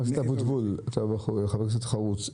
חבר הכנסת אבוטבול, אתה חבר כנסת חרוץ.